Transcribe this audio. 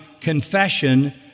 confession